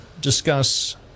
discuss